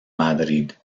madrid